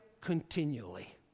continually